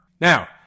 Now